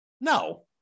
No